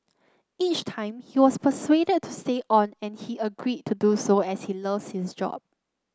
each time he was persuaded to stay on and he agreed to do so as he loves his job